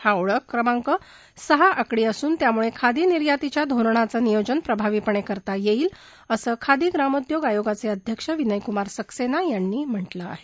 हा ओळख क्रमांक सहा आकडी असून त्यामुळे खादी निर्यातीच्या धोरणाचं नियोजन प्रभावीपणे करता येईल असं खादी ग्रामोद्योग आयोगाचे अध्यक्ष विनयक्मार सक्सेना यांनी म्हटलं आहे